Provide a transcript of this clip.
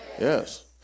Yes